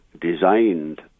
designed